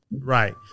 Right